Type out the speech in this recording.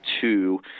two